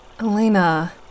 Elena